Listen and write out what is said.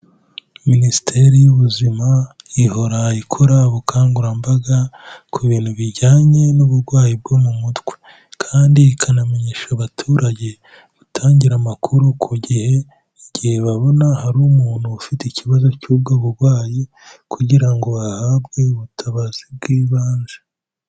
Minisiteri y'Ubuzima ihora ikora ubukangurambaga ku bintu bijyanye n'uburwayi bwo mu mutwe. Kandi ikanamenyesha abaturage gutangira amakuru ku gihe, igihe babona hari umuntu ufite ikibazo cy'ubwo burwayi kugira ngo ahabwe ubutabazi bw'ibanze.